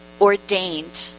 ordained